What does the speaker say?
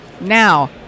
now